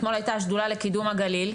אתמול הייתה השדולה לקידום הגליל,